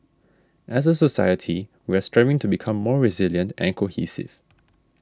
as a society we are striving to become more resilient and cohesive